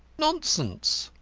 nonsense!